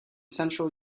central